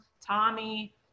Tommy